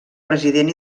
president